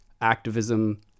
activism